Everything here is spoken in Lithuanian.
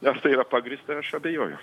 ar tai yra pagrįsta ir aš abejoju